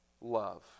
love